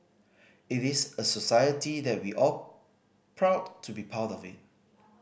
it is a society that we all proud to be part of it